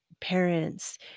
parents